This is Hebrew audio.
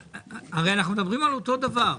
הרי אנחנו מדברים על אותו דבר.